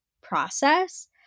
process